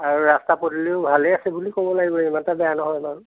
আৰু ৰাস্তা পদূলিও ভালে আছে বুলি ক'ব লাগিব ইমান এটা বেয়া নহয় বাৰু